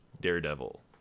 Daredevil